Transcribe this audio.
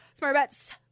SmartBets